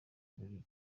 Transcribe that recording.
buri